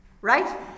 right